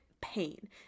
pain